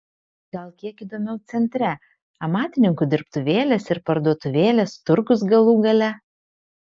gal kiek įdomiau centre amatininkų dirbtuvėlės ir parduotuvėlės turgus galų gale